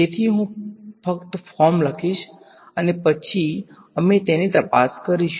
તેથી હું ફક્ત ફોર્મ લખીશ અને પછી અમે તેની તપાસ કરીશું